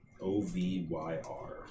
O-V-Y-R